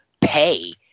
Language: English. pay